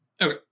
Okay